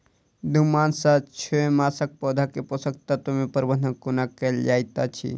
दू मास सँ छै मासक पौधा मे पोसक तत्त्व केँ प्रबंधन कोना कएल जाइत अछि?